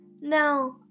No